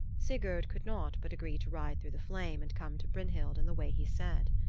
sigurd could not but agree to ride through the flame and come to brynhild in the way he said.